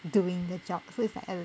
doing the job so it's like err